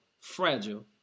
fragile